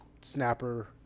snapper –